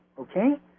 okay